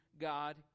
God